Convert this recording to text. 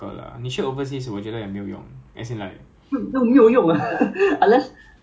你不可能去 like U_K then 叫那么 hands up mah 对不对